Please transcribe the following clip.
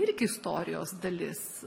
irgi istorijos dalis